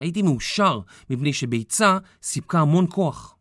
הייתי מאושר מפני שביצה סיפקה המון כוח.